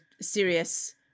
serious